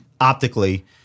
optically